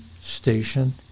station